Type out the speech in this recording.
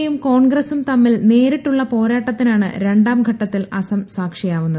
യും കോൺഗ്രസും തമ്മിൽ നേരിട്ടുള്ള പോരാട്ടത്തിനാണ് രണ്ടാം ഘട്ടത്തിൽ അസം സാക്ഷിയാവുന്നത്